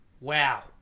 Wow